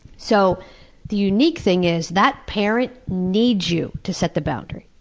so the unique thing is, that parent needs you to set the boundary.